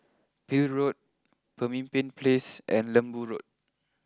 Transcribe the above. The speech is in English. Peel Road Pemimpin place and Lembu Road